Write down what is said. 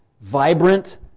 vibrant